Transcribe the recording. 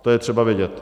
To je třeba vidět.